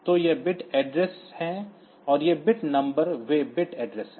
तो ये byte address हैं और ये बिट नंबर वे बिट एड्रेस हैं